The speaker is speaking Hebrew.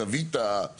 זהו לסעיף הזה.